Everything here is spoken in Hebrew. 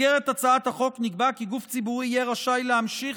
בהצעת החוק נקבע כי גוף ציבורי יהיה רשאי להמשיך